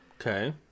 Okay